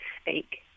speak